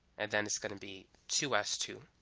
and then it's gonna be two s two